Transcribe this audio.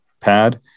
pad